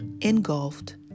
engulfed